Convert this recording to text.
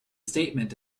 statement